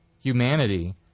humanity